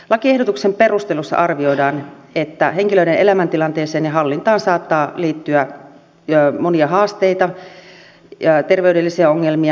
lakiehdotuksen perusteluissa arvioidaan että henkilöiden elämäntilanteeseen ja hallintaan saattaa liittyä monia haasteita ja terveydellisiä ongelmia